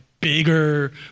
bigger